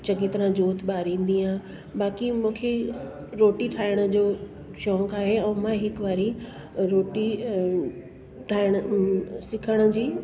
चङी तरह ज्योत बारींदी आहियां बाक़ी मूंखे रोटी ठाहिण जो शौक़ु आहे ऐं मां हिकु वारी रोटी ठाहिण सिखण जी